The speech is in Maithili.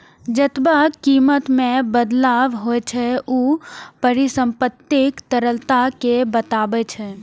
जेतबा कीमत मे बदलाव होइ छै, ऊ परिसंपत्तिक तरलता कें बतबै छै